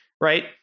right